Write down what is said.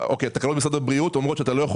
תקנות משרד הבריאות אומרות שאתה לא יכול